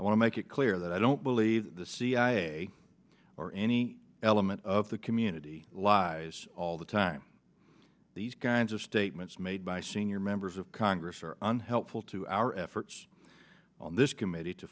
i want to make it clear that i don't believe the cia or any element of the community lies all the time these kinds of statements made by senior members of congress are unhelpful to our efforts on this committee to